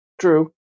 True